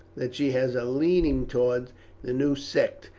that she has a leaning towards the new sect,